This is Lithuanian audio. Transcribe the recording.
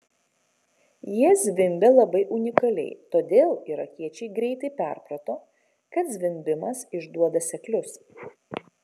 jie zvimbė labai unikaliai todėl irakiečiai greitai perprato kad zvimbimas išduoda seklius